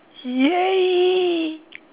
!yay!